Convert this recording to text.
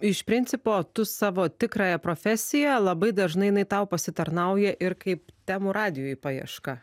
iš principo tu savo tikrąją profesiją labai dažnai jinai tau pasitarnauja ir kaip temų radijuj paieška